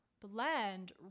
blend